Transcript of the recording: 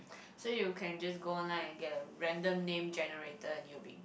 so you can just go online and get a random name generator and you'll be